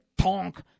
Tonk